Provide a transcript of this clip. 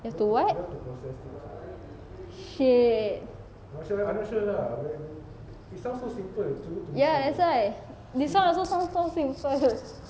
you have to what shit ya that's why this [one] also sound so simple dude